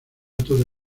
toda